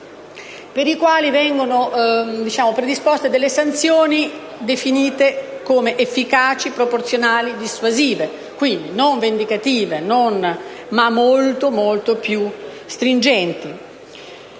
per i quali devono essere predisposte sanzioni definite «efficaci, proporzionate e dissuasive», quindi non vendicative, ma molto più stringenti.